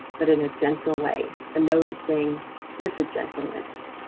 but in a gentle way and noticing with a gentleness.